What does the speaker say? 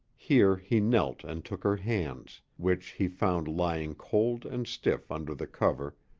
here he knelt and took her hands, which he found lying cold and stiff under the cover,